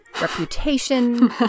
reputation